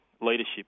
leadership